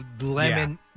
lemon